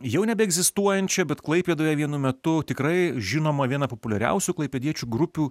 jau nebeegzistuojančią bet klaipėdoje vienu metu tikrai žinoma viena populiariausių klaipėdiečių grupių